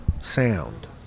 sound